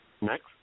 Next